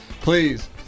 Please